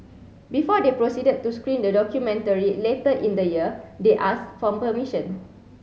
before they proceeded to screen the documentary later in the year they asked for permission